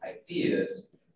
ideas